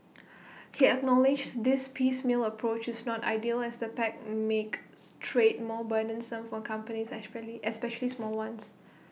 he acknowledged this piecemeal approach is not ideal as the pacts makes trade more burdensome for companies especially small ones